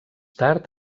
tard